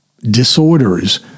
disorders